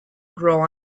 grow